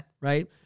right